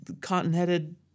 cotton-headed